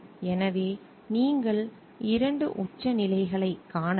எனவே நீங்கள் 2 உச்சநிலைகளைக் காணலாம்